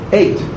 eight